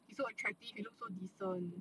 he so attractive he look so decent